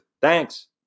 Thanks